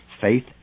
faith